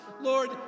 Lord